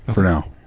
for now.